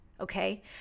Okay